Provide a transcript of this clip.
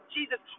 Jesus